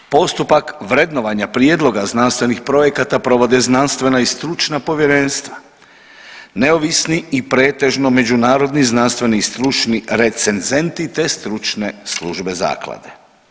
Postupak vrednovanja prijedloga znanstvenih projekata provode znanstvena i stručna povjerenstva, neovisni i pretežno međunarodni stručni recenzenti te stručne službe zaklade.